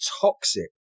toxic